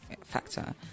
factor